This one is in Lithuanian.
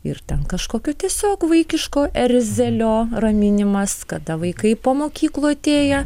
ir ten kažkokio tiesiog vaikiško erzelio raminimas kada vaikai po mokyklų atėję